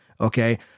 Okay